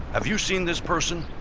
have you seen this person?